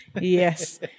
yes